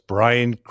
Brian